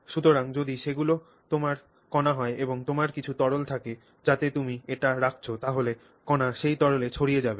সুতরাং যদি সেগুলি তোমার কণা হয় এবং তোমার কিছু তরল থাকে যাতে তুমি এটি রাখছ তাহলে কণা সেই তরলে ছড়িয়ে যাবে